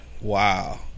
Wow